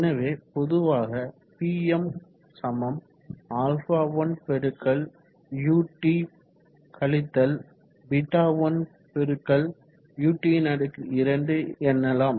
எனவே பொதுவாக Pmα1ut β1ut2 எனலாம்